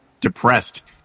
depressed